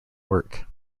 work